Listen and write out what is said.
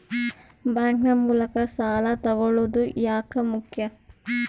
Bank ನ ಮೂಲಕ ಸಾಲ ತಗೊಳ್ಳೋದು ಯಾಕ ಮುಖ್ಯ?